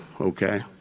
okay